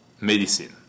medicine